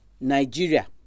Nigeria